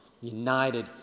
united